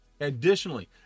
Additionally